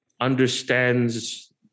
understands